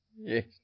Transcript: Yes